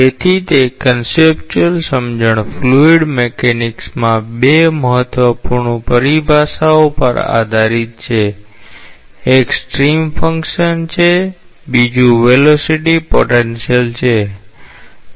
તેથી તે કન્સેપ્ટયુઅલ સમજણ ફ્લુઇડ મિકેનિક્સમાં બે મહત્વપૂર્ણ પરિભાષાઓ પર આધારિત છે એક સ્ટ્રીમ ફંક્શન છે બીજું વેલોસિટી પોટેન્શિયલ છે